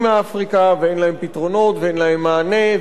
מאפריקה ואין להם פתרונות ואין להם מענה,